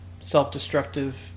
self-destructive